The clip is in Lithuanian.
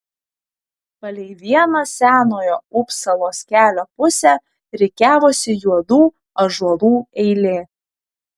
palei vieną senojo upsalos kelio pusę rikiavosi juodų ąžuolų eilė